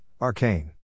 Arcane